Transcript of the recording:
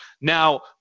Now